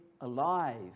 alive